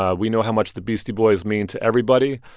ah we know how much the beastie boys mean to everybody,